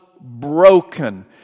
broken